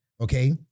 Okay